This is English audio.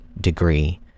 degree